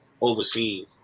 overseen